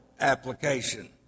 application